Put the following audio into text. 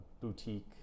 boutique